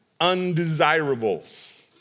undesirables